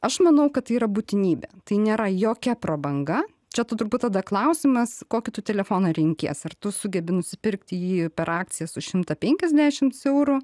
aš manau kad tai yra būtinybė tai nėra jokia prabanga čia tu turbūt tada klausimas kokį tu telefoną renkies ar tu sugebi nusipirkt jį per akcijas už šimtą penkiasdešimts eurų